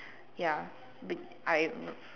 ya bit I